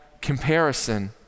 comparison